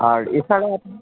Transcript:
আর এছাড়া আপনি